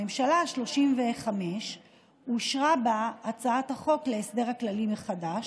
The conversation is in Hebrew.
בממשלה השלושים-וחמש אושרה הצעת חוק להסדר הכללי מחדש,